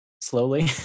slowly